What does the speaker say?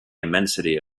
immensity